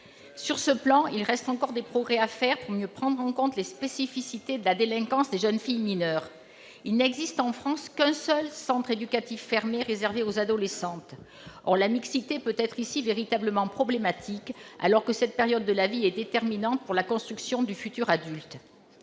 En la matière, des progrès restent à faire pour mieux prendre en compte les spécificités de la délinquance des jeunes filles mineures. Il n'existe en France qu'un seul centre éducatif fermé réservé aux adolescentes, or la mixité peut être véritablement problématique, alors que cette période de la vie est déterminante pour la construction du futur adulte.